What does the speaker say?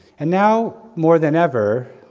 and now, more than ever,